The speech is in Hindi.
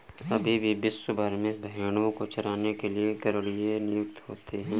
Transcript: अभी भी विश्व भर में भेंड़ों को चराने के लिए गरेड़िए नियुक्त होते हैं